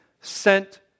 sent